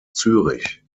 zürich